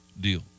deal